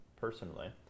personally